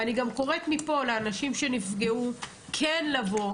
ואני קוראת מפה לאנשים שנפגעו כן לבוא.